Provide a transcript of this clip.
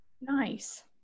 Nice